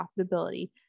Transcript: profitability